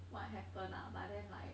what happened ah but then like